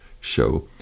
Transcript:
show